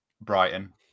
Brighton